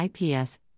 IPS